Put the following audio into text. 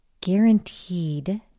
guaranteed